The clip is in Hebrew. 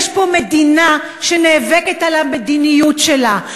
יש פה מדינה שנאבקת על המדיניות שלה,